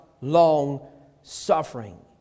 long-suffering